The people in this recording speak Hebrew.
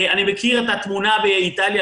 אני מכיר את התמונה באיטליה,